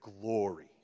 glory